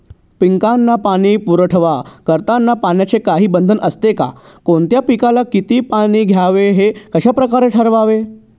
पिकांना पाणी पुरवठा करताना पाण्याचे काही बंधन असते का? कोणत्या पिकाला किती पाणी द्यावे ते कशाप्रकारे ठरवावे?